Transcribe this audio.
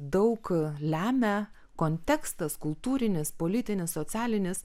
daug lemia kontekstas kultūrinis politinis socialinis